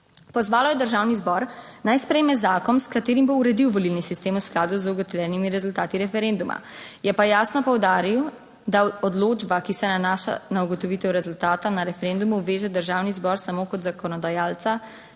Pozvalo je Državni zbor, naj sprejme zakon, s katerim bo uredil volilni sistem v skladu z ugotovljenimi rezultati referenduma. Je pa jasno poudaril, da odločba, ki se nanaša na ugotovitev rezultata na referendumu, veže Državni zbor samo kot zakonodajalca